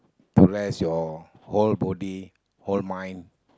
to rest your whole body whole mind